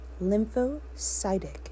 Lymphocytic